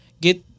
get